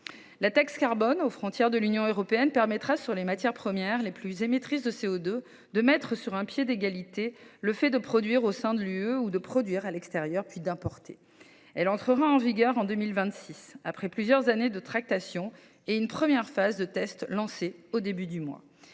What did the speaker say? La taxe carbone aux frontières de l’Union européenne permettra, en ce qui concerne les matières premières les plus émettrices de CO2, de mettre sur un pied d’égalité le fait de produire au sein de l’Union ou de produire à l’extérieur puis d’importer. Elle entrera en vigueur en 2026, après plusieurs années de tractations et une première phase de test lancée au début du mois.